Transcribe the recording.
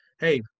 Hey